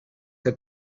que